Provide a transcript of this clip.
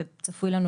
וצפוי לנו,